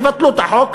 יבטלו את החוק,